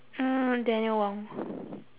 mm dan wong